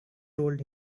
told